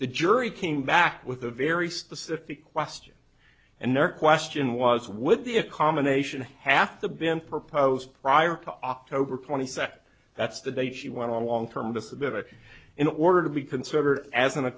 the jury came back with a very specific question and nurture question was would be a combination half the been proposed prior to october twenty second that's the date she went on long term disability in order to be considered as an a